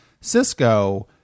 Cisco